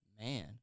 man